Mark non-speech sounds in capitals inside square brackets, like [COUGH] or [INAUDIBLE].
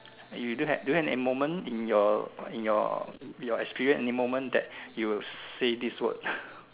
and you don't have don't have any moment in your in your your experience any moment that you say this word [LAUGHS]